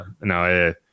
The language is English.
no